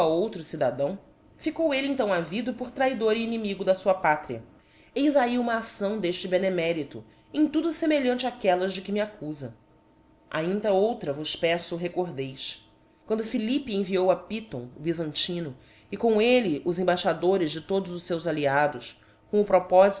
outro cidadão íicou elle então havido por traidor e inimigo da fua pátria eis ahi uma acção deíle benemérito em tudo femeihante áquellas de que me accufa ainda outra vos peço recordeis quando philippe enviou a python o byzantino e com elle os embaixadores de todos os feus alliados com o propofito